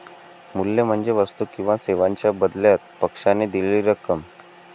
मूल्य म्हणजे वस्तू किंवा सेवांच्या बदल्यात पक्षाने दिलेली रक्कम